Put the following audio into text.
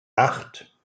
acht